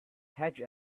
hedge